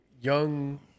young